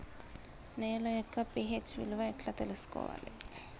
నేల యొక్క పి.హెచ్ విలువ ఎట్లా తెలుసుకోవాలి?